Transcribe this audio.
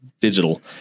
digital